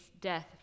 death